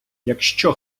якщо